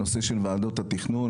נושא של ועדות התכנון.